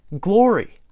Glory